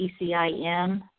ECIM